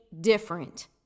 different